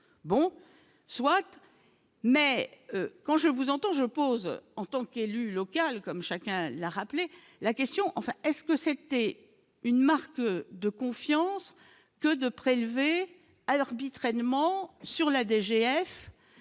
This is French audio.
bon, soit, mais quand je vous entends, je pose en tant qu'élu local, comme chacun l'a rappelé la question enfin est-ce que c'était une marque de confiance que de prélever alors traînement sur la DGF